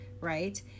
right